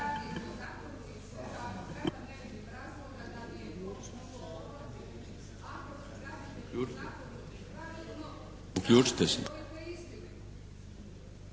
Uključite se.